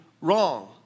wrong